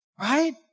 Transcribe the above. Right